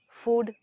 food